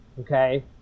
Okay